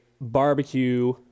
barbecue